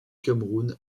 cameroun